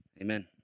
Amen